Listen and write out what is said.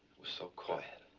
was so quiet